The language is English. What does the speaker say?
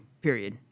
period